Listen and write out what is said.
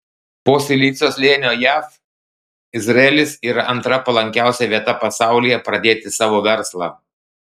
po silicio slėnio jav izraelis yra antra palankiausia vieta pasaulyje pradėti savo verslą